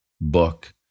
book